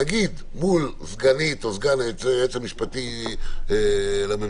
נגיד מול סגנית או סגן היועץ המשפטי לממשלה,